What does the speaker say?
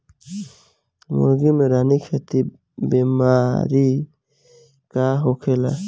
मुर्गी में रानीखेत बिमारी का होखेला?